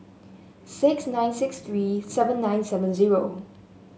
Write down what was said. six nine six three seven nine seven zero